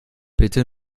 bitte